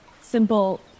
simple